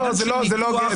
זה עניין של ניתוח.